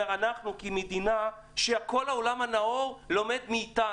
אנחנו כמדינה שכל העולם הנאור לומד מאיתנו.